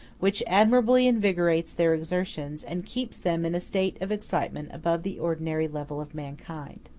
which admirably invigorates their exertions, and keeps them in a state of excitement above the ordinary level of mankind.